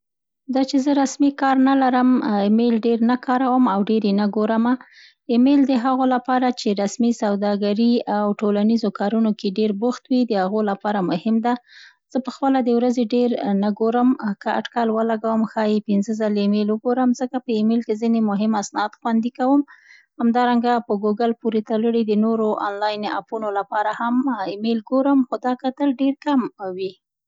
دا چې زه رسمي کار نه لرم، ایمیل ډېر نه کاروم اوډېر یې نه ګورمه. ایمیل د هغو لپاره چې رسمي، سوداګري او ټولنیزو کاورنو کې ډېر بوخت وي د هغو لپاره مهم ده. زه په خپله د ورځې ډېر نه ګورم، که اټکل ولګوم، ښایي پنځه ځلي ایمیل وګورم ځکه په ایمیل کې ځني مهم اسناد خوندي کوم. همدارنګه په ګوګل پورې ټړلي د نورو انلاین اپونو لپاره هم ایمیل ګورم، خو دا کتل ډېر کم وي.